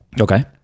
Okay